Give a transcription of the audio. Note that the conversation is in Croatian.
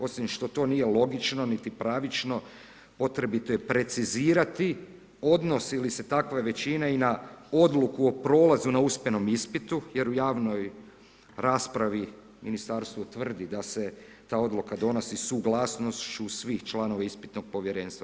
Osim što to nije logično niti pravično, potrebito je precizirati odnos ili se takve većine i na odluku o prolazu na usmenom ispitu jer u javnoj raspravi Ministarstvo tvrdi da se ta odluka donosi suglasnošću svih članova ispitnog povjerenstva.